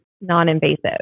non-invasive